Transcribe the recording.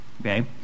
okay